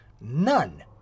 None